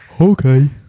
Okay